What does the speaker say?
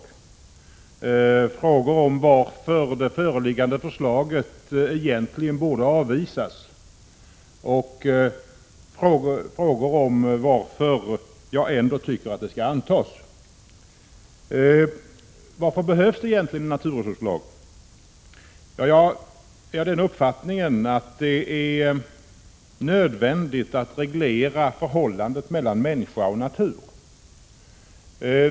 Jag 165 skall tala om varför det föreliggande förslaget egentligen borde avvisas men även varför jag ändå tycker att förslaget skall antas. Varför behövs det egentligen en naturresurslag? Jag har den uppfattningen att det är nödvändigt att reglera förhållandet mellan människa och natur.